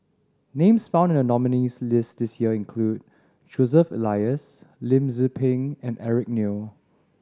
names found in the nominees' list this year include Joseph Elias Lim Tze Peng and Eric Neo